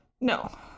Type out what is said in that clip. no